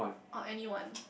or anyone